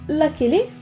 luckily